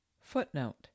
Footnote